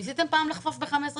ניסיתם פעם לחפוץ שיער ב-15 שניות,